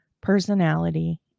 personality